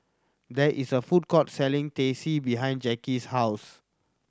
there is a food court selling Teh C behind Jacky's house